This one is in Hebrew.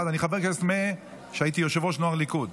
אחד: אני חבר כנסת משהייתי יושב-ראש נוער הליכוד,